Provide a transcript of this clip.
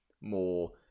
more